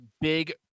big